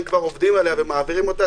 אם כבר עובדים עליה ומעבירים אותה,